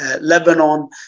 Lebanon